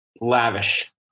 lavish